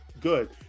good